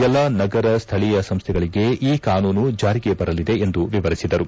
ಎಲ್ಲಾ ನಗರ ಸ್ಥಳೀಯ ಸಂಸ್ಥೆಗಳಿಗೆ ಈ ಕಾನೂನು ಜಾರಿಗೆ ಬರಲಿದೆ ಎಂದು ವಿವರಿಸಿದರು